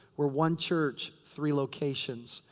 we're one church, three locations.